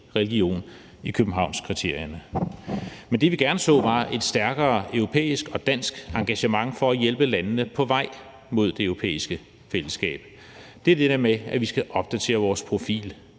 religion i Københavnskriterierne. Men det, vi gerne så, var et stærkere europæisk og dansk engagement for at hjælpe landene på vej mod det europæiske fællesskab. Det er det med, at vi skal opdatere vores profil